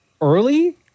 early